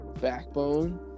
backbone